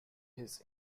his